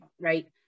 right